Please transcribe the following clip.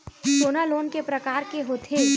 सोना लोन के प्रकार के होथे?